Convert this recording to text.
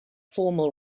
formal